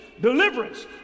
deliverance